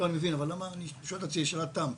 אני שואל את עצמי שאלת תם.